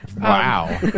wow